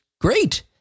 great